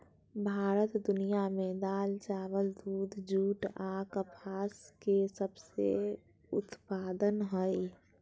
भारत दुनिया में दाल, चावल, दूध, जूट आ कपास के सबसे उत्पादन हइ